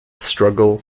struggle